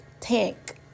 tank